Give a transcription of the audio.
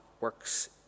works